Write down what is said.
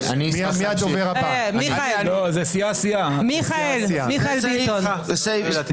1 ההסתייגות מס' 9 של קבוצת סיעת יש עתיד לא נתקבלה.